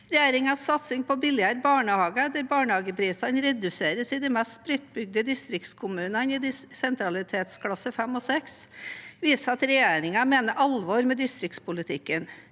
Regjeringens satsing på billigere barnehage, der barnehageprisene reduseres i de mest spredtbygde distriktskommunene i sentralitetsklasse 5 og 6, viser at regjeringen mener alvor med distriktspolitikken.